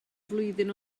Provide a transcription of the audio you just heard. flwyddyn